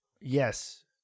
Yes